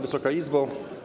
Wysoka Izbo!